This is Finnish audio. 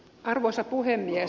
arvoisa puhemies